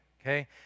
okay